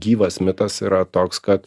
gyvas mitas yra toks kad